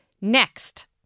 Next